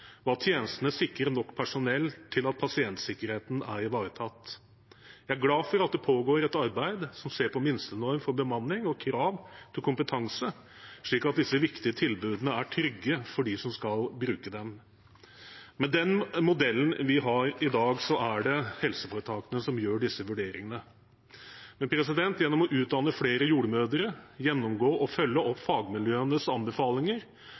og at tjenestene sikrer nok personell til at pasientsikkerheten er ivaretatt. Jeg er glad for at det pågår et arbeid med å se på en minstenorm for bemanning og krav til kompetanse, slik at disse viktige tilbudene er trygge for dem som skal bruke dem. Med den modellen vi har i dag, er det helseforetakene som gjør disse vurderingene. Gjennom å utdanne flere jordmødre, gjennomgå og følge opp fagmiljøenes anbefalinger